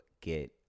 get